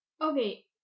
Okay